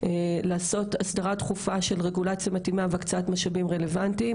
לעשות הסדרה דחופה של רגולציה מתאימה וקצת משאבים רלוונטיים